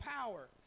power